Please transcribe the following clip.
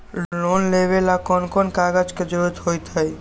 Loan लेवेला कौन कौन कागज के जरूरत होतई?